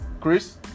Chris